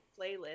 playlist